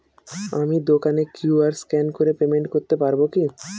আমি দোকানে QR scan করে পেমেন্ট করতে পারবো কি?